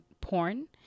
porn